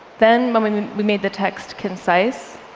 then when we i mean we made the text concise,